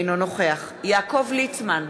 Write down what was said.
אינו נוכח יעקב ליצמן,